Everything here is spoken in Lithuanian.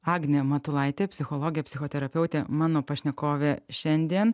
agnė matulaitė psichologė psichoterapeutė mano pašnekovė šiandien